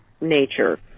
nature